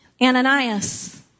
Ananias